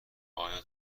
آیا